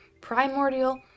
primordial